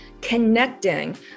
connecting